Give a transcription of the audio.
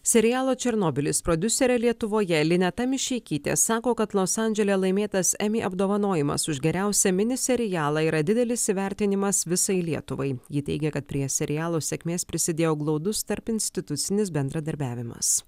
serialo černobylis prodiuserė lietuvoje lineta mišeikytė sako kad los andžele laimėtas emmy apdovanojimas už geriausią mini serialą yra didelis įvertinimas visai lietuvai ji teigia kad prie serialo sėkmės prisidėjo glaudus tarpinstitucinis bendradarbiavimas